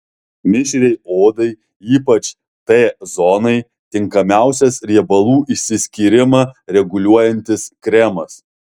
mišriai odai ypač t zonai tinkamiausias riebalų išsiskyrimą reguliuojantis kremas